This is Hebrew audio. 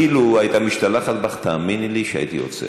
אילו הייתה משתלחת בך, תאמיני לי שהייתי עוצר.